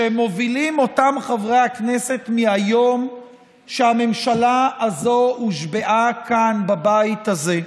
שמובילים חברי הכנסת מהיום שהממשלה הזו הושבעה כאן בבית הזה.